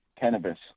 cannabis